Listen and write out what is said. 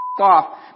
off